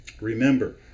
Remember